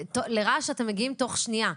לרעש אתם מגיעים תוך שנייה.